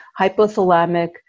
hypothalamic